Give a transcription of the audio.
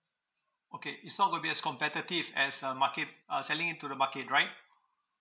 okay it's not going to be as competitive as a market uh selling it to the market right